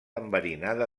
enverinada